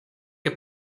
que